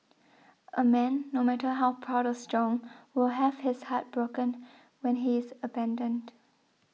a man no matter how proud or strong will have his heart broken when he is abandoned